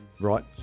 Right